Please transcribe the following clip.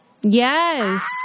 Yes